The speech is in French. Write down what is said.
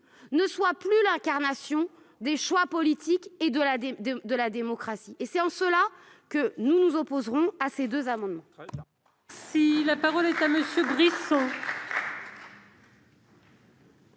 ne sont plus l'incarnation des choix politiques et de la démocratie. C'est en cela que les dispositions de ces deux amendements